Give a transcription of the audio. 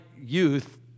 youth